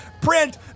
print